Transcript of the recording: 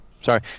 Sorry